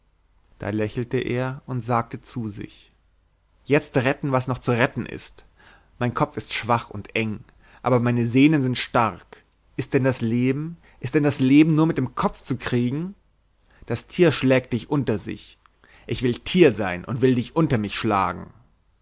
da lächelte er und sagte zu sich jetzt retten was noch zu retten ist mein kopf ist schwach und eng aber meine sehnen sind stark ist denn das leben ist denn das leben nur mit dem kopf zu kriegen das tier schlägt dich unter sich ich will tier sein und will dich unter mich schlagen